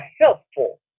helpful